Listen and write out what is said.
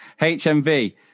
HMV